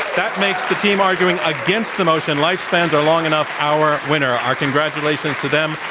that makes the team arguing against the motion lifespans are long enough our winner. our congratulations to them.